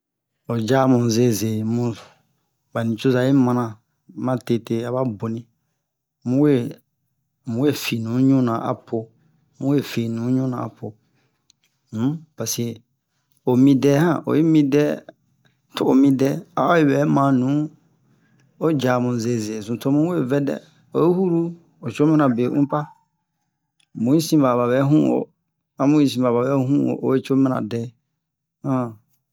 ho jamu zezemu bani coza hi mana ma tete aba boni muwe muwe fi nu ɲuna apo muwe fi nu ɲuna apo um paseke omi dɛ han oyi midɛ to'o midɛ ayi bɛ manu o jamu zeze zuto muwe vɛdɛ oyi huru oco mana be hunpa mui sin ba aba bɛ hun'o amu sinba ba bɛ hun'o obe co mana dɛ